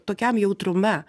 tokiam jautrume